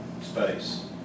space